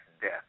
death